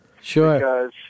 Sure